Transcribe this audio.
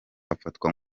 afatwa